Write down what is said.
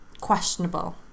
questionable